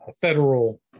federal